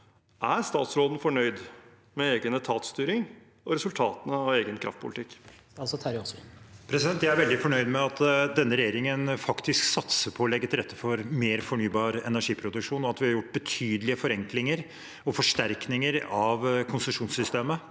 Er statsråden fornøyd med egen etatsstyring og resultatene av egen kraftpolitikk? Statsråd Terje Aasland Jeg er veldig for- nøyd med at denne regjeringen faktisk satser på å legge til rette for mer fornybar energiproduksjon, og at vi har gjort betydelige forenklinger og forsterkninger av konsesjonssystemet,